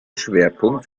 schwerpunkt